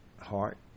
heart